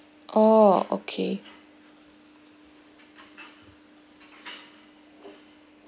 oh okay